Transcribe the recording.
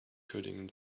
coding